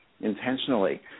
intentionally